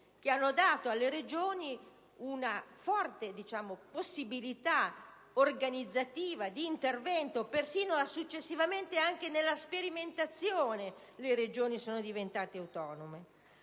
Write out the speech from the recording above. che hanno dato alle Regioni una forte possibilità organizzativa e di intervento. Successivamente, nella sperimentazione, le Regioni sono diventate ancora